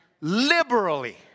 Liberally